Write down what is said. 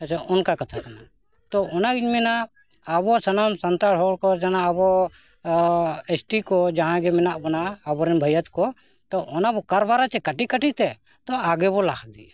ᱟᱪᱪᱷᱟ ᱚᱱᱠᱟ ᱠᱟᱛᱷᱟ ᱠᱟᱱᱟ ᱛᱚ ᱚᱱᱟᱜᱤᱧ ᱢᱮᱱᱟ ᱟᱵᱚ ᱥᱟᱱᱟᱢ ᱥᱟᱱᱛᱟᱲ ᱦᱚᱲ ᱠᱚ ᱡᱮᱱᱚ ᱟᱵᱚ ᱮᱥ ᱴᱤ ᱠᱚ ᱡᱟᱦᱟᱸᱭ ᱜᱮ ᱢᱮᱱᱟᱜ ᱵᱚᱱᱟ ᱟᱵᱚᱨᱮᱱ ᱵᱷᱟᱹᱭᱟᱹᱛ ᱠᱚ ᱛᱚ ᱚᱱᱟ ᱵᱚᱱ ᱠᱟᱨᱵᱟᱨᱟ ᱥᱮ ᱠᱟᱹᱴᱤᱡ ᱠᱟᱹᱴᱤᱡ ᱛᱮ ᱛᱚ ᱟᱜᱮ ᱵᱚ ᱞᱟᱦᱟ ᱤᱫᱤᱜᱼᱟ